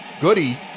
Goody